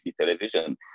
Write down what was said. television